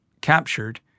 captured